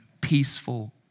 peaceful